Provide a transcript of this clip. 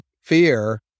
fear